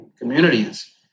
communities